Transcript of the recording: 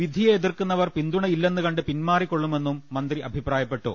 വിധിയെ എതിർക്കുന്നവർ പിന്തുണയില്ലെന്ന്കണ്ട് പിന്മാറിക്കൊള്ളു മെന്നും മന്ത്രി അഭിപ്രായപ്പെട്ടു